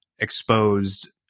exposed